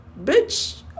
bitch